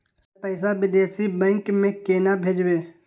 Sir पैसा विदेशी bank में केना भेजबे?